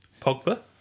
Pogba